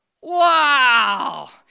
Wow